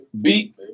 beat